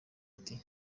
ati